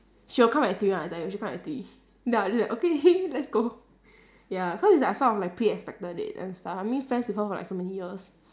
she will come at three [one] I tell you she will come at three ya she'll be like okay let's go ya cause it's like I sort of like I pre expected it and stuff I've been friends with her for like so many years